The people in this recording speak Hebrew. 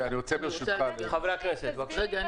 השרה לשוויון חברתי ומיעוטים מירב כהן: תסבירי,